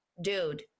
dude